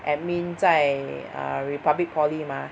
admin 在 ah Republic Poly mah